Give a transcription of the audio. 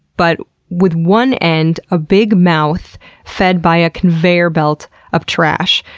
but with one end, a big mouth fed by a conveyor belt of trash.